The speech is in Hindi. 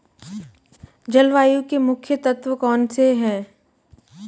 जलवायु के मुख्य तत्व कौनसे हैं?